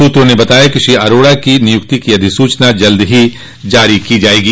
सूत्रों ने बताया कि श्री अरोड़ा की नियुक्ति की अधिसूचना जल्दी ही जारी की जाएगी